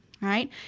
right